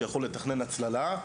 יכול לתכנן הצללה,